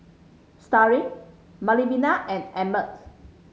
Starling Melvina and Emmett